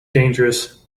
dangerous